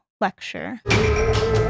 Lecture